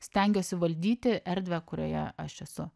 stengiuosi valdyti erdvę kurioje aš esu